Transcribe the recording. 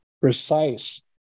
precise